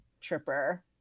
tripper